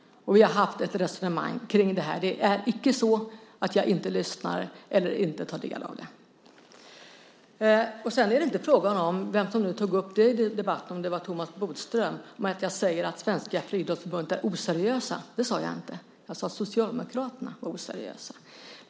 Vi har haft ett resonemang kring det här. Det är icke så att jag inte lyssnar eller inte tar del av det här. Det är inte fråga om - vem det nu var som tog upp det i debatten, kanske Thomas Bodström - att jag säger att Svenska Friidrottsförbundet är oseriöst. Det sade jag inte. Jag sade att Socialdemokraterna varit oseriösa.